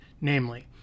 Namely